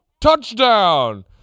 touchdown